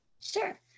Sure